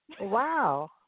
Wow